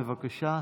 בבקשה.